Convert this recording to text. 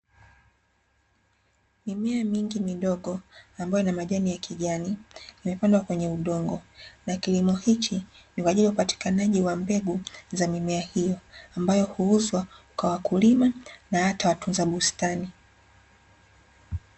Mimea mingi midogo ambayo ina majani ya kijani, imepandwa kwenye udongo. Na kilimo hichi ni kwa ajili ya upatikanaji wa mbegu za mimea hiyo. Ambayo huuzwa kwa wakulima na hata watunza bustani.